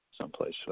someplace